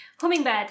hummingbird